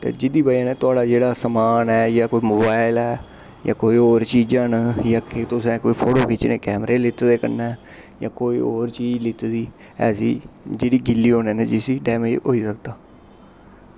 ते जेह्दी बजह कन्नै जेह्ड़ा थुआढ़ा समान ऐ जां कोई मोबाइल ऐ जां कोई होर चीज़ां न जां तुसें कोई फोटो खिच्चने गी कैमरे लेते दे न कन्नै जां कोई होर चीज़ लेती दी ऐसी जेह्ड़ी गिल्ली होने कन्नै जिसी डेमेज़ होई सकदा